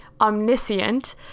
omniscient